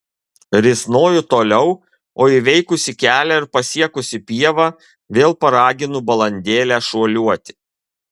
risnoju toliau o įveikusi kelią ir pasiekusi pievą vėl paraginu balandėlę šuoliuoti